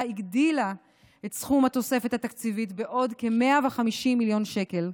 הגדילה את סכום התוספת התקציבית בעוד כ-150 מיליון שקל,